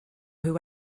who